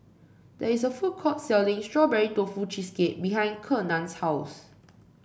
there is a food court selling Strawberry Tofu Cheesecake behind Kenan's house